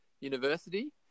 University